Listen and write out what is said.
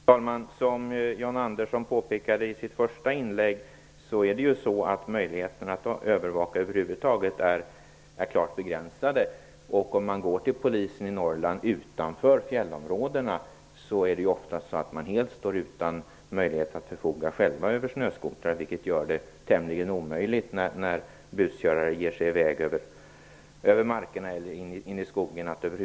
Fru talman! Som John Andersson påpekade i sitt första inlägg är möjligheterna att övervaka klart begränsade. Polisen i Norrland utanför fjällområdena står ofta helt utan möjlighet att själv förfoga över snöskotrar. Det gör det tämligen omöjligt att över huvud taget följa upp buskörare, som ger sig av över markerna eller in i skogen.